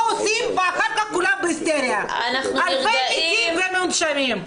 לא עושים ואחר כך כולם בהיסטריה אלפי מתים ומונשמים.